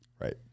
Right